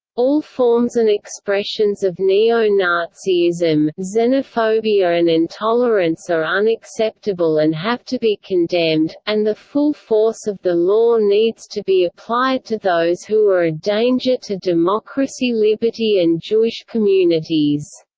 all forms and expressions of neo-nazism, xenophobia and intolerance are unacceptable and have to be condemned, and the full force of the law needs to be applied to those who are a danger to democracy liberty and jewish communities.